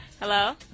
Hello